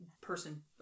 person